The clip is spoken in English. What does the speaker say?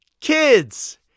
Kids